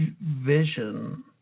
vision